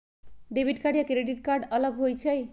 Debit card या credit card अलग होईछ ई?